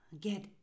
get